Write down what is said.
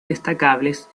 destacables